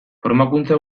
formakuntza